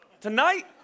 tonight